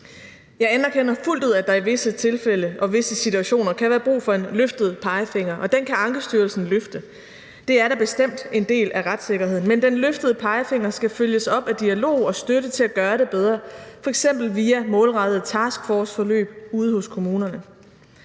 Jeg anerkender fuldt ud, at der i visse tilfælde og visse situationer kan være brug for en løftet pegefinger, og den kan Ankestyrelsen løfte. Det er da bestemt en del af retssikkerheden. Men den løftede pegefinger skal følges op af dialog og støtte til at gøre det bedre, f.eks. via målrettede taskforce-forløb ude hos kommunerne.